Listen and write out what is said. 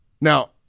Now